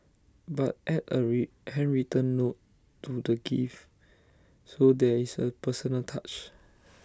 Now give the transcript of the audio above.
but add A handwritten note to the gift so there is A personal touch